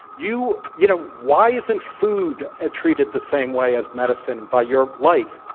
you you know why isn't food ah treated the same way as medicine by your light?